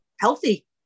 healthy